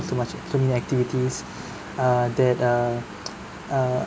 so much so many activities err that err uh